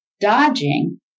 Dodging